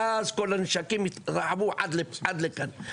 מאז כל הנשקים התרחבו עד לכאן.